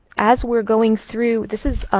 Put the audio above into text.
as we're going through, this is